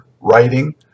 writing